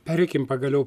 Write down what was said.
pereikim pagaliau